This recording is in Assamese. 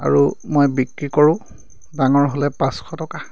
আৰু মই বিক্ৰী কৰোঁ ডাঙৰ হ'লে পাঁচশ টকা